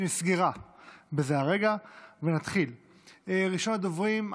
שנסגרה בזה הרגע: ראשון הדוברים,